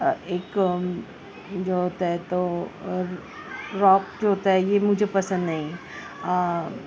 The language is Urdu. ایک جو ہوتا ہے تو روک جو ہوتا ہے یہ مجھے پسند نہیں